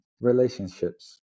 relationships